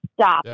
stop